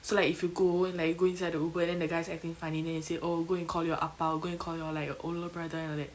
so like if you go and like go inside the uber and then the guy is like acting funny then you say oh go and call your appa or go and call your like your older brother and all that